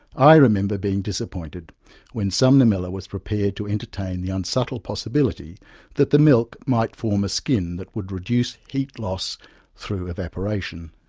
i remember being disappointed when sumner miller was prepared to entertain the unsubtle possibility that the milk might form a skin that would reduce the heat lost through evaporation.